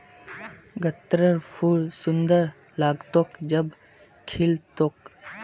गत्त्रर फूल सुंदर लाग्तोक जब खिल तोक